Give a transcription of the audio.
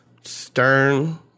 stern